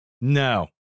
No